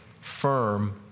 firm